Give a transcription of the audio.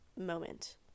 moment